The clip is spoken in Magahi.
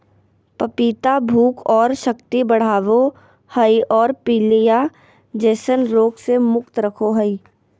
पपीता भूख और शक्ति बढ़ाबो हइ और पीलिया जैसन रोग से मुक्त रखो हइ